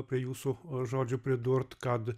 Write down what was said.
apie jūsų žodžių pridurt kad